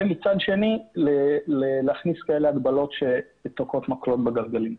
ומצד שני להכניס הגבלות כאלה שתוקעות מקלות בגלגלים.